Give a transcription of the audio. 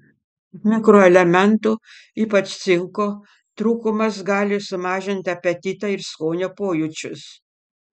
mikroelementų ypač cinko trūkumas gali sumažinti apetitą ir skonio pojūčius